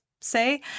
say